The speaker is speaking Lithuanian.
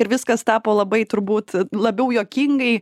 ir viskas tapo labai turbūt labiau juokingai